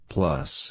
Plus